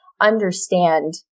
understand